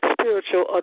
spiritual